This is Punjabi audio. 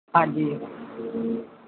ਹਾਂਜੀ